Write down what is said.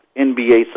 NBA